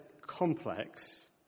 complex